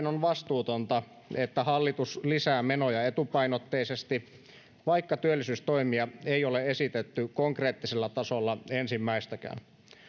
on vastuutonta että hallitus lisää menoja etupainotteisesti vaikka työllisyystoimia ei ole esitetty konkreettisella tasolla ensimmäistäkään